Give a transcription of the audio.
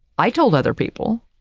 i told other people,